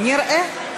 נראה.